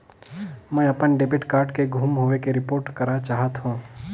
मैं अपन debit card के गुम होवे के रिपोर्ट करा चाहत हों